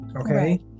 Okay